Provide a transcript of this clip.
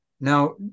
Now